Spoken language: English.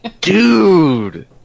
Dude